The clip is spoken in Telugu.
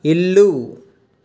ఇల్లు